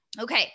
Okay